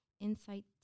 Insight